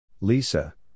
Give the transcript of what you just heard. Lisa